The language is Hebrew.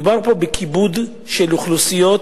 מדובר פה בכיבוד של אוכלוסיות